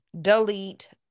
delete